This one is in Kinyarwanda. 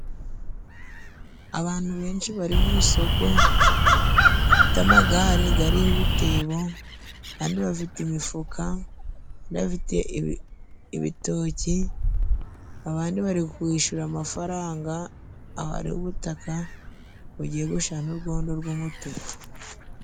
Abantu benshi bari mu isoko bafite amagare gariho ibitebo, abandi bafite imifuka, abandi bafite ibitoki, abandi bari kwishura amafaranga aho ariho ubutaka bugiye gushira n'urwondo rw'umutuku.